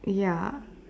ya